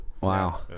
Wow